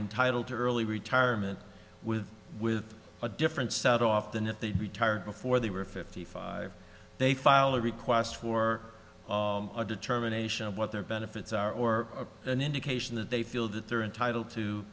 entitled to early retirement with with a different set off than if they retired before they were fifty five they file a request for a determination of what their benefits are or an indication that they feel that they're entitled to